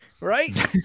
Right